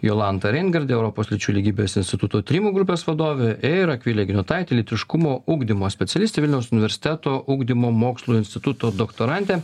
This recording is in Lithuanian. jolanta reingardė europos lyčių lygybės instituto tyrimų grupės vadovė ir akvilė giniotaitė lytiškumo ugdymo specialistė vilniaus universiteto ugdymo mokslų instituto doktorantė